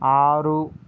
ఆరు